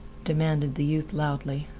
demanded the youth loudly.